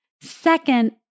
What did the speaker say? Second